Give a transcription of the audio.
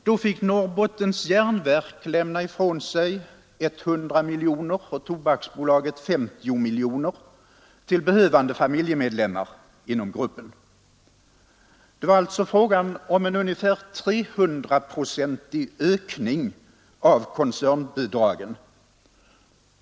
Då fick LKAB lämna ifrån sig 100 miljoner och Tobaksbolaget 50 miljoner till behövande familjemedlemmar inom gruppen. Det var alltså fråga om en bortåt 300-procentig ökning av koncernbidragen.